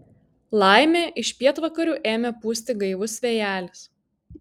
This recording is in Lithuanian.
laimė iš pietvakarių ėmė pūsti gaivus vėjelis